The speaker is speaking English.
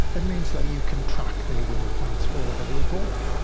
it means that you can track their whereabouts wherever they go.